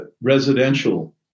residential